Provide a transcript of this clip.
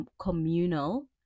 communal